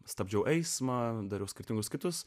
stabdžiau eismą dariausi kirtimus kitus